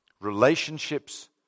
Relationships